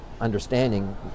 understanding